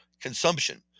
consumption